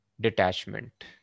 detachment